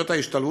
לשאלה